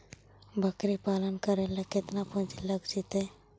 बकरी पालन करे ल केतना पुंजी लग जितै?